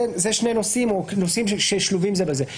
אלה שני נושאים ששלובים זה בזה.